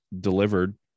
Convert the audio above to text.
delivered